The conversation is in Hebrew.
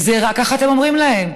גזרה, ככה אתם אומרים להם.